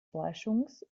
forschungs